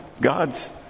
God's